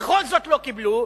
ובכל זאת לא קיבלו,